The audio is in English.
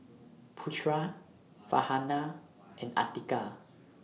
Putra Farhanah and Atiqah